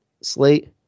slate